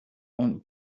اون